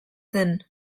zen